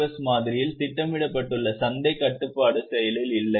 S மாதிரியில் திட்டமிடப்பட்டுள்ள சந்தைக் கட்டுப்பாடு செயலில் இல்லை